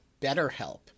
BetterHelp